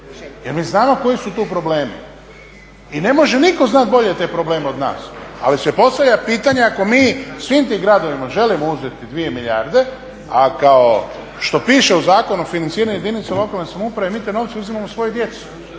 jer mi znamo koji su tu problemi. I ne može niko znati bolje te probleme od nas, ali se postavlja pitanje ako mi svim tim gradovima želimo uzeti 2 milijarde a kao što piše u Zakonu o financiranju jedinica lokalne samouprave mi te novce uzimamo svojoj djeci,